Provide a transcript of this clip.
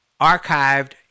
archived